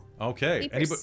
Okay